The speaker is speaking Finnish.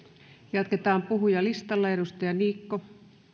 jatketaan puhujalistalla edustaja niikko